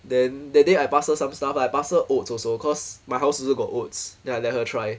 then that day I pass her some stuff I pass her oats also cause my house also got oats then I let her try